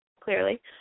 clearly